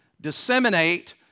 disseminate